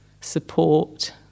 support